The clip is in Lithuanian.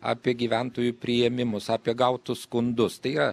apie gyventojų priėmimus apie gautus skundus tai yra